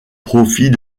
profit